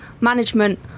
management